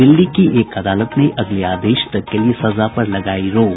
दिल्ली की एक अदालत ने अगले आदेश तक के लिए सजा पर लगायी रोक